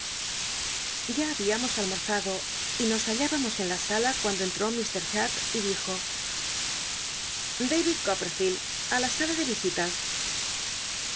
ya habíamos almorzado y nos hallábamos en la sala cuando entró lllr sharp y dijo david copperfield á la sala de visitas